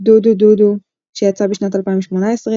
"Ddu-Du Ddu-Du" שיצא בשנת 2018,